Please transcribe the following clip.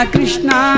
Krishna